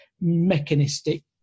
mechanistic